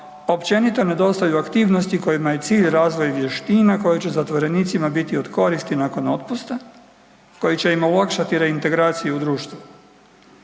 općenito nedostaju aktivnosti kojima je cilj razvoj vještina koje će zatvorenicima biti od koristi nakon otpusta koji će im olakšati reintegraciju u društvu.